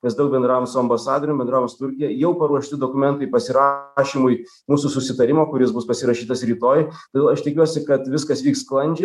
mes daug bendravom su ambasadorium bendravom su turkija jau paruošti dokumentai pasirašymui mūsų susitarimo kuris bus pasirašytas rytoj todėl aš tikiuosi kad viskas vyks sklandžiai